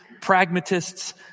pragmatists